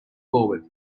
forward